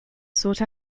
sought